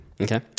Okay